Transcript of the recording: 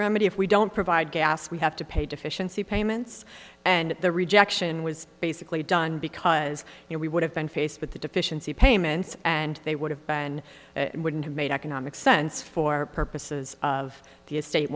remedy if we don't provide gas we have to pay deficiency payments and the rejection was basically done because we would have been faced with the deficiency payments and they would have been and wouldn't have made economic sense for purposes of the estate